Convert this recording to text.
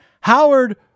Howard